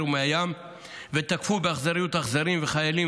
ומהים ותקפו באכזריות אזרחים וחיילים,